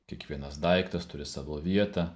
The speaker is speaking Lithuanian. kiekvienas daiktas turi savo vietą